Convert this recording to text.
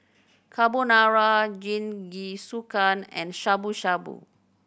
Carbonara Jingisukan and Shabu Shabu